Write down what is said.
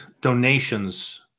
donations